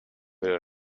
will